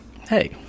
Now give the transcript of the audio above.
Hey